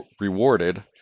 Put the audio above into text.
rewarded